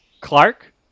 Clark